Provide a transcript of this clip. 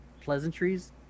pleasantries